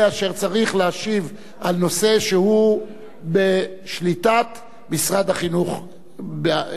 הוא זה אשר צריך להשיב על נושא שהוא בשליטת משרד החינוך בלבד.